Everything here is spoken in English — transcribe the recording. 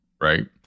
right